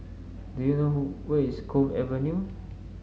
do you know who where is Cove Avenue